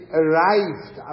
arrived